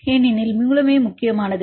ஏனெனில் மூலமும் முக்கியமானது